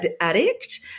addict